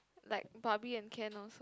like barbie and can also